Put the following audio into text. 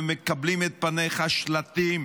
ומקבלים את פניך שלטים